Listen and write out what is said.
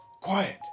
Quiet